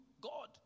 God